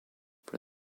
for